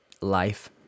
life